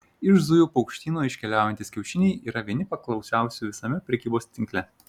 iš zujų paukštyno iškeliaujantys kiaušiniai yra vieni paklausiausių visame prekybos tinkle